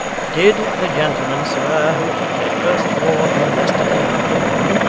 did the gentleman, sir, who took the first floor of you yesterday afternoon,